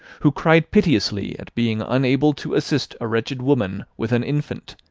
who cried piteously at being unable to assist a wretched woman with an infant,